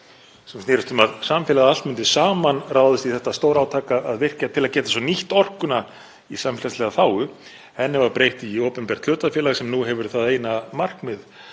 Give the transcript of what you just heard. sem snerist um að samfélagið allt myndi saman ráðast í það stórátak að virkja til að geta nýtt orkuna í samfélagslega þágu. Henni var breytt í opinbert hlutafélag sem nú hefur það eina markmið